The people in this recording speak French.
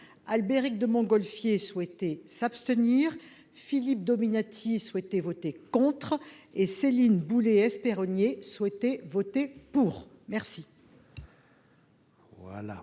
Albéric de Montgolfier désirait s'abstenir, Philippe Dominati souhaitait voter contre et Céline Boulay-Espéronnier désirait voter pour. Acte